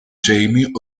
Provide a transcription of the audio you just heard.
jamie